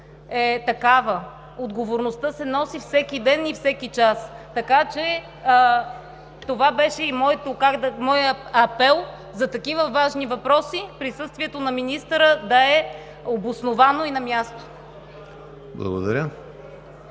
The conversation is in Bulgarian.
е такава – отговорността се носи всеки ден и всеки час. Така че това беше и моят апел – за такива важни въпроси присъствието на министъра да е обосновано и на място.